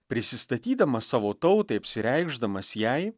prisistatydamas savo tautai apsireikšdamas jai